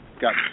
got